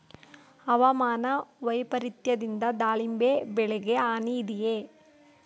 ಹವಾಮಾನ ವೈಪರಿತ್ಯದಿಂದ ದಾಳಿಂಬೆ ಬೆಳೆಗೆ ಹಾನಿ ಇದೆಯೇ?